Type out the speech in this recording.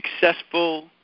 successful